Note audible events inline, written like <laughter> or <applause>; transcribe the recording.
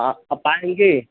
हाँ <unintelligible>